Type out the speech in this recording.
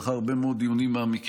לאחר הרבה מאוד דיונים מעמיקים,